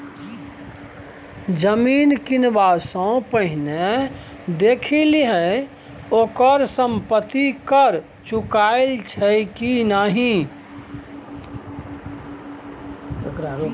जमीन किनबा सँ पहिने देखि लिहें ओकर संपत्ति कर चुकायल छै कि नहि?